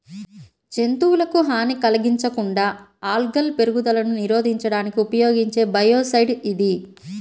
జంతువులకు హాని కలిగించకుండా ఆల్గల్ పెరుగుదలను నిరోధించడానికి ఉపయోగించే బయోసైడ్ ఇది